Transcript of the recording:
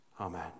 Amen